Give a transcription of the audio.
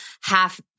half